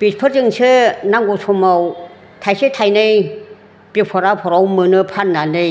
बेफोरजोंसो नांगौ समाव थाइसे थाइनै बिफद आफदाव मोनो फाननानै